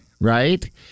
right